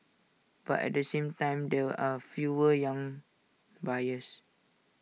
but at the same time there are fewer young buyers